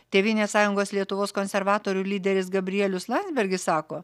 tėvynės sąjungos lietuvos konservatorių lyderis gabrielius landsbergis sako